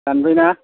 दानबाय ना